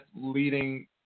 leading